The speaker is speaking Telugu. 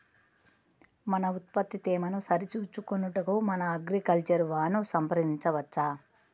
మన ఉత్పత్తి తేమను సరిచూచుకొనుటకు మన అగ్రికల్చర్ వా ను సంప్రదించవచ్చా?